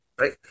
Right